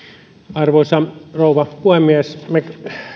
arvoisa rouva puhemies me